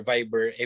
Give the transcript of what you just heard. Viber